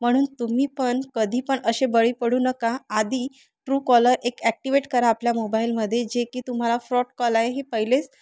म्हणून तुम्ही पण कधी पण असे बळी पडू नका आधी ट्रूकॉलर एक ॲक्टिवेट करा आपल्या मोबाईलमध्ये जे की तुम्हाला फ्रॉड कॉल आहे हे पहिलेच